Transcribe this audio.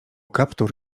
kaptur